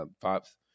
pops